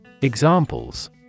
Examples